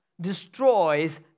destroys